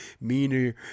meaner